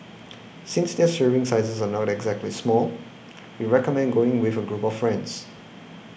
since their serving sizes are not exactly small we recommend going with a group of friends